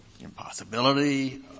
Impossibility